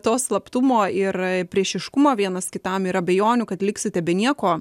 tos slaptumo ir priešiškumo vienas kitam ir abejonių kad liksite be nieko